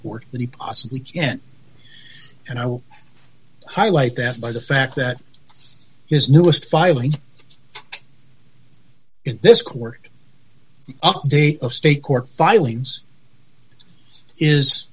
court that he possibly can and i will highlight that by the fact that his newest filing in this court date of state court filings is